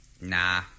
nah